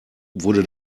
wurde